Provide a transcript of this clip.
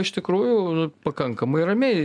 iš tikrųjų pakankamai ramiai